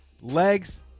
legs